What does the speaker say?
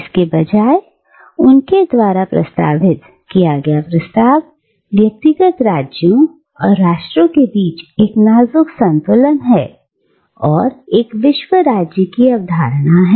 इसके बजाए उनकी द्वारा प्रस्तावित किया गया प्रस्ताव व्यक्तिगत राज्यों और राष्ट्रों के बीच एक नाजुक संतुलन है और एक विश्व राज्य की अवधारणा है